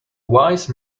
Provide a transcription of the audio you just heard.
wise